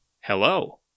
hello